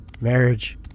Marriage